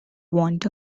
want